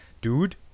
dude